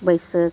ᱵᱟᱹᱭᱥᱟᱹᱠᱷ